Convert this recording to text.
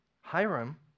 Hiram